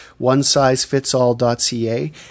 onesizefitsall.ca